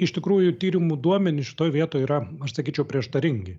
iš tikrųjų tyrimų duomenys šitoj vietoj yra aš sakyčiau prieštaringi